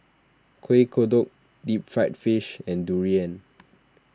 Kueh Kodok Deep Fried Fish and Durian